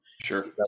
Sure